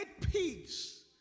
peace